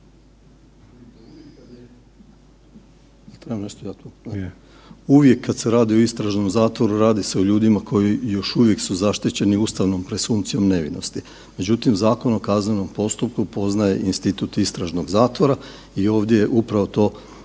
Uvijek kad se radi o istražnom zatvoru radi se o ljudima koji još uvijek su zaštićeni ustavnom presumpcijom nevinosti. Međutim, Zakon o kaznenom postupku poznaje institut istražnog zatvora i ovdje je upravo to